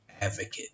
advocate